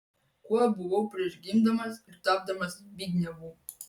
kuo buvau prieš gimdamas ir tapdamas zbignevu